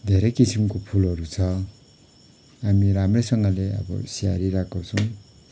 धेरै किसिमको फुलहरू छ हामीले राम्रैसँगले अब स्याहारिरहेको छौँ